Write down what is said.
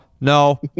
no